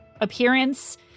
appearance